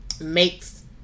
makes